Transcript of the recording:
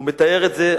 הוא מתאר את זה,